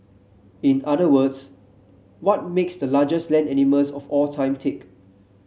in other words what makes the largest land animals of all time tick